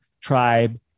tribe